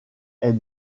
est